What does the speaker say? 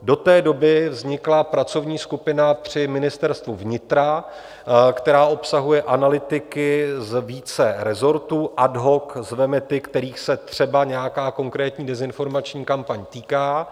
Do té doby vznikla pracovní skupina při Ministerstvu vnitra, která obsahuje analytiky z více rezortů, ad hoc zveme ty, kterých se třeba nějaká konkrétní dezinformační kampaň týká.